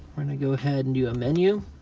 we're gonna go ahead and do a menu.